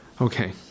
Okay